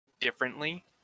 differently